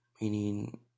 meaning